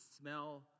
smell